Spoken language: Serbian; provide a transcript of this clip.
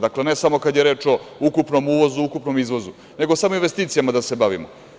Dakle, ne samo kada je reč o ukupnom uvozu, ukupnom izvozu, nego samo investicijama da se bavimo.